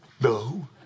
No